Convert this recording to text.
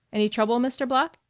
any trouble, mr. black?